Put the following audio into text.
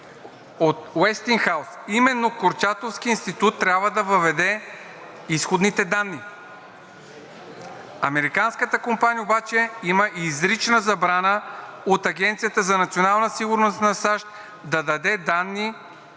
от „Уестингхаус“ именно Курчатовският институт трябва да въведе изходните данни. Американската компания обаче има и изрична забрана от Агенцията за национална сигурност на САЩ да даде данни